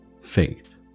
faith